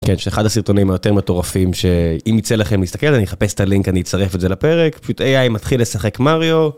כן שאחד הסרטונים היותר מטורפים שאם יצא לכם להסתכל אני אחפש את הלינק אני אצטרף את זה לפרק פשוט AI מתחיל לשחק מריו.